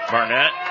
Barnett